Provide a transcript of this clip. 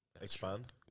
Expand